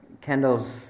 Kendall's